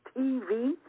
TV